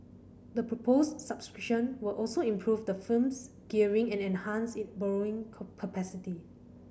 the proposed subscription will also improve the firm's gearing and enhance its borrowing capacity